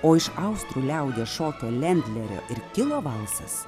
o iš austrų liaudies šokio lendlerio ir kilo valsas